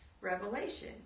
revelation